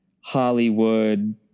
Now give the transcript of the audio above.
Hollywood